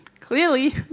Clearly